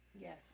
Yes